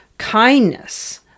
kindness